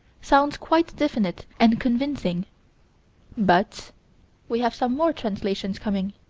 sounds quite definite and convincing but we have some more translations coming.